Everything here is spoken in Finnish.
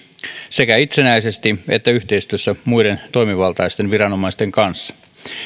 sekä itsenäisesti että yhteistyössä muiden toimivaltaisten viranomaisten kanssa